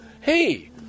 Hey